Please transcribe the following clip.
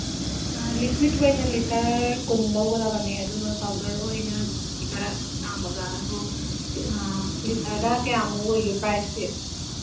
ꯑꯥ liquid ꯑꯣꯏꯅ litre ꯀꯨꯟ ꯂꯧꯒꯗꯕꯅꯦ ꯑꯗꯨꯒ ꯄꯥꯎꯗꯔꯅ ꯂꯤꯇꯔ ꯇꯔꯥ ꯑꯃꯒ ꯑꯗꯨ ꯂꯤꯇꯔꯗ ꯀꯌꯥꯃꯨꯛ ꯑꯣꯏꯒꯦ ꯄ꯭ꯔꯥꯏꯁꯇꯤ